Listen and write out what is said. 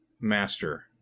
master